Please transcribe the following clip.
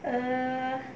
err